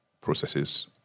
processes